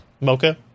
Mocha